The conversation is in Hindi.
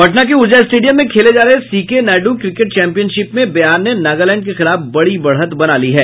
पटना के ऊर्जा स्टेडियम में खेले जा रहे सीके नायडू क्रिकेट चैंपियनशिप में बिहार ने नागालैंड के खिलाफ बड़ी बढ़त बना ली है